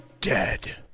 dead